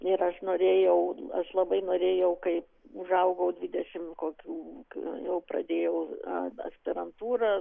ir aš norėjau aš labai norėjau kai užaugau dvidešimt kokių jau pradėjau aspirantūrą